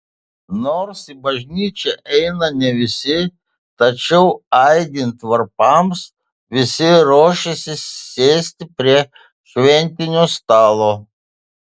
nors į bažnyčią eina ne visi tačiau aidint varpams visi ruošiasi sėsti prie šventinio stalo